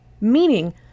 meaning